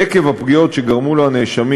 עקב הפגיעות שגרמו לו הנאשמים,